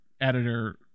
editor